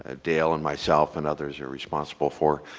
ah dale and myself and others are responsible for.